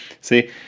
See